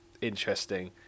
Interesting